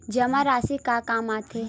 जमा राशि का काम आथे?